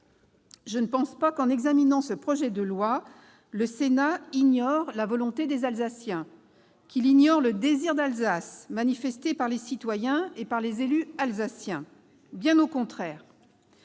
je ne pense pas qu'en examinant ce projet de loi le Sénat ignore la volonté des Alsaciens ni le désir d'Alsace manifesté par les citoyens et les élus alsaciens, bien au contraire !